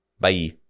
Bye